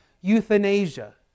euthanasia